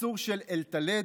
קיצור של אלטלד,